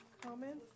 comments